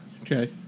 Okay